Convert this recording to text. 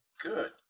good